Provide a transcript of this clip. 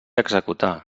executar